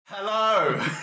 Hello